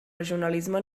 regionalisme